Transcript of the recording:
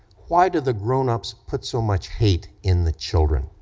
why do the grown ups put so much hate in the children?